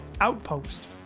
outpost